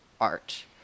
art